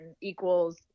equals